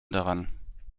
daran